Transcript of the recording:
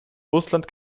russland